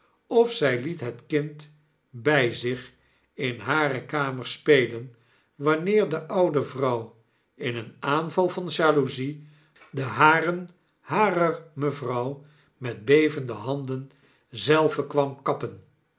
of zg liet het kind bg zich in hare kamer spelen wanneer de oude vrouw in een aanval van jaloezie de haren harer mevrouw met bevende handen zelve kwam kappen